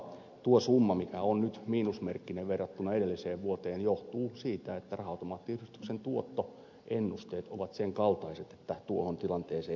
tuo summa mikä on nyt miinusmerkkinen verrattuna edelliseen vuoteen johtuu siitä että raha automaattiyhdistyksen tuottoennusteet ovat sen kaltaiset että tuohon tilanteeseen päädytään